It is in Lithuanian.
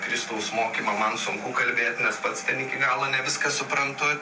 kristaus mokymą man sunku kalbėt nes pats ten iki galo ne viską suprantu